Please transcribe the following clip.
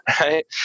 right